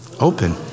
Open